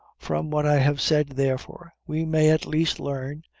from what i have said, therefore, we may at least learn,